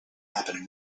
happen